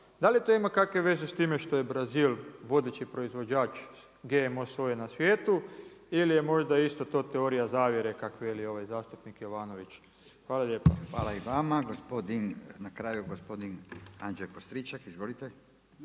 Da li to ima kakve veze sa time što je Brazil vodeći proizvođač GMO soje na svijetu ili je možda isto to teorija zavjere kak' veli ovaj zastupnik Jovanović? Hvala lijepa. **Radin, Furio (Nezavisni)** Hvala i vama. Na kraju gospodin Anđelko Stričak. Izvolite.